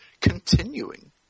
continuing